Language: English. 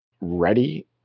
ready